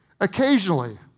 occasionally